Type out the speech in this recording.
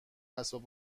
اسباب